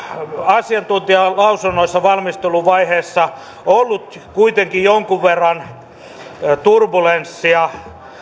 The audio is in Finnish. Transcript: asiantuntijalausunnoissa on valmisteluvaiheessa ollut kuitenkin jonkun verran turbulenssia